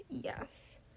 yes